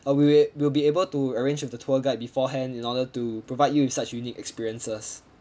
uh we will we will be able to arrange with the tour guide beforehand in order to provide you with such unique experiences